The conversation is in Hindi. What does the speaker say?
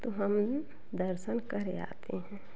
तो हम दर्शन करे आते हैं